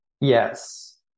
Yes